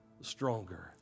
stronger